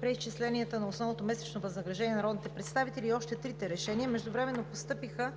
преизчисляването на основното месечно възнаграждение на народните представители“ и още трите решения, междувременно постъпиха